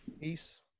Peace